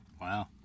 Wow